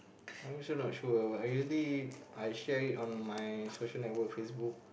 I also not sure but I usually I share it on my social network Facebook